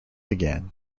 again